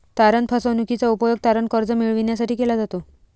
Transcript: तारण फसवणूकीचा उपयोग तारण कर्ज मिळविण्यासाठी केला जातो